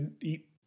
eat